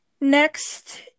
Next